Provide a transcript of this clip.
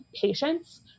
patients